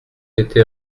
été